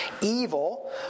evil